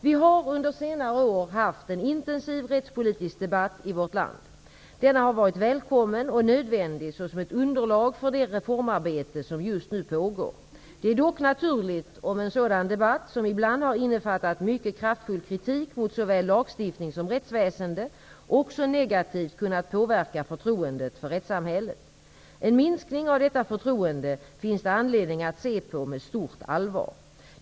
Vi har under senare år haft en intensiv rättspolitisk debatt i vårt land. Denna har varit välkommen och nödvändig såsom ett underlag för det reformarbete som just nu pågår. Det är dock naturligt om en sådan debatt, som ibland har innefattat mycket kraftfull kritik mot såväl lagstiftning som rättsväsende, också negativt kunnat påverka förtroendet för rättssamhället. En minskning av detta förtroende finns det anledning att se på med stort allvar.